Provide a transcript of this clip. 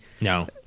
No